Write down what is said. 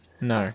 No